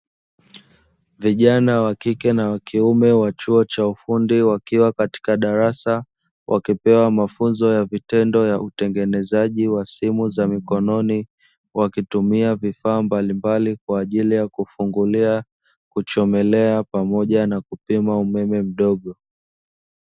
Vijana wa kike na wa kiume wa chuo cha ufundi wakiwa katika darasa wakipewa mafunzo ya vitendo ya utengenezaji wa simu za mikononi wakitumia vifaa mbalimbali kwa ajili ya kufungulia, kuchomelea pamoja na kupima umeme mdogo.